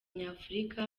nyafurika